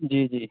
جی جی